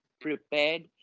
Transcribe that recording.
prepared